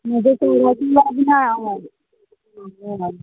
म्हजो कोणकच लागना हय